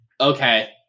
Okay